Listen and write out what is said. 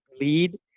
lead